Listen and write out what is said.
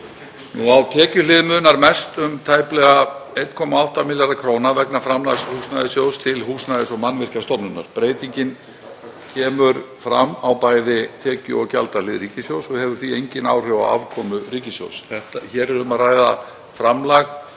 kr. Á tekjuhlið munar mest um tæplega 1,8 milljarða kr. vegna framlags Húsnæðissjóðs til Húsnæðis- og mannvirkjastofnunar. Breytingin kemur fram á bæði tekju- og gjaldahlið ríkissjóðs og hefur því engin áhrif á afkomu ríkissjóðs. Hér er um að ræða framlag